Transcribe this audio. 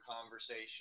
conversation